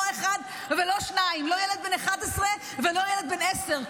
לא אחד ולא שניים, לא ילד בן 11 ולא ילד בן עשר.